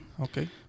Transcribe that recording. Okay